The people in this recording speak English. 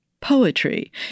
Poetry